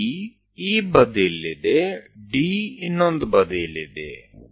D એ બીજી બાજુએ છે